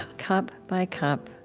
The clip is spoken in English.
cup by cup,